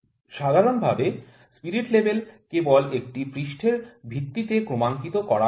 সাধারণ ভাবে spirit level কেবল একটি পৃষ্ঠের ভিত্তিতে ক্রমাঙ্কিত করা হয়